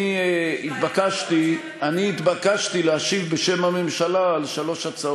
מי שידבר עכשיו, אני אבקש ממנו לצאת מהאולם.